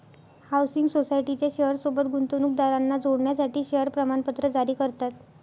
housing सोसायटीच्या share सोबत गुंतवणूकदारांना जोडण्यासाठी शेअर प्रमाणपत्र जारी करतात